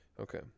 Okay